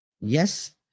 yes